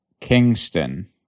Kingston